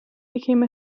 became